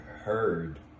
heard